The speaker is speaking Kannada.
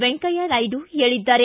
ವೆಂಕಯ್ಯನಾಯ್ಡು ಹೇಳಿದ್ದಾರೆ